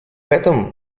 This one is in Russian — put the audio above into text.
этом